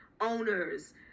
owners